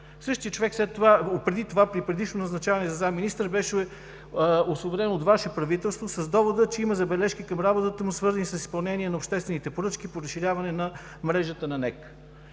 Същият човек при предишно назначаване за заместник-министър беше освободен от Ваше правителство с довода, че има забележки към работата му, свързани с изпълнение на обществените поръчки по разширяване мрежата на НЕК.